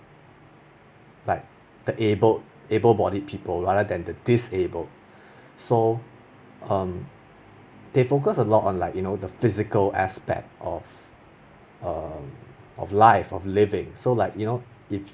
the able able bodied people rather than disabled so um they focus a lot on like you know physical aspect of um of life of living so like you know if